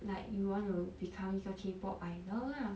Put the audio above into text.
like you want to become 一个 K pop idol lah